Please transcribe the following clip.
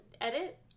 edit